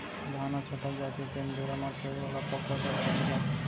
धान ह छटक जाथे तेन बेरा म फेर ओला पकोए बर पानी लागथे